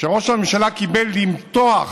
שראש הממשלה קיבל היא למתוח